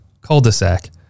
cul-de-sac